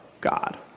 God